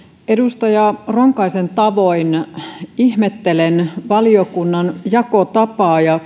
edustaja ronkaisen tavoin ihmettelen valiokunnan jakotapaa ja